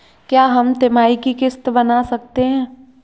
क्या हम तिमाही की किस्त बना सकते हैं?